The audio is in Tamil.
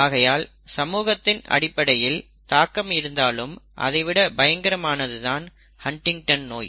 ஆகையால் சமூகத்தின் அடிப்படையில் தாக்கம் இருந்தாலும் அதை விட பயங்கரமானது தான் ஹன்டிங்டன் நோய்